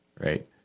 right